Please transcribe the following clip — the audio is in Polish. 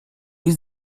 jest